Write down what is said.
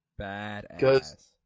Badass